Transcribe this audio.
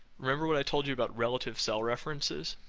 remember what i told you about relative cell references?